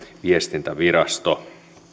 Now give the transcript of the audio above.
viestintävirasto